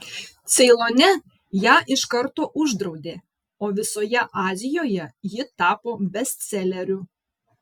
ceilone ją iš karto uždraudė o visoje azijoje ji tapo bestseleriu